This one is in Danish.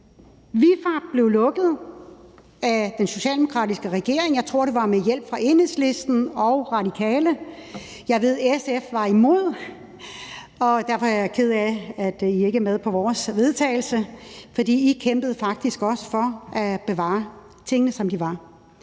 ViFAB blev lukket af den socialdemokratiske regeringen, og jeg tror, det var med hjælp fra Enhedslisten og Radikale. Jeg ved, at SF var imod det, og jeg er ked af, at I ikke er med på vores forslag til vedtagelse, fordi I kæmpede faktisk også for at bevare tingene, som de var.